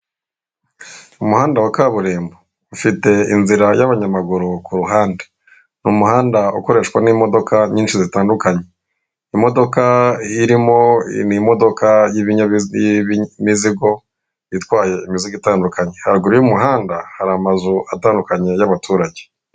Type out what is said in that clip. Imuhanda wa kaburimbo ufite inzira y'abanyamaguru kuhande, ni umuhanda ukoreshwa n'imodoka nyinshi zitandukanye, imodoka irimo ni imodoka y'imizigo itwaye imizigo itandukanye, haruguru y'umuhanda hari amazu atandukanye y'abaturage.